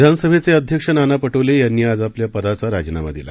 विधानसभेचेअध्यक्षनानापटोलेयांनीआजआपल्यापदाचाराजीनामादिला